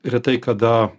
retai kada